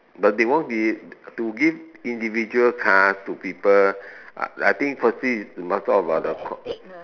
but they won't be to give individual car to people I I think firstly is must talk about the